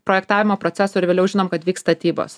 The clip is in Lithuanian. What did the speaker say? projektavimo proceso ir vėliau žinom kad vyks statybos